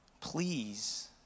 Please